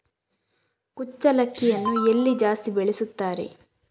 ಕುಚ್ಚಲಕ್ಕಿಯನ್ನು ಎಲ್ಲಿ ಜಾಸ್ತಿ ಬೆಳೆಸುತ್ತಾರೆ?